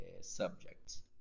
subjects